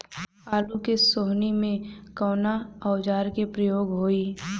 आलू के सोहनी में कवना औजार के प्रयोग होई?